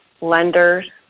lenders